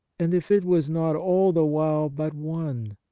and if it was not all the while but one,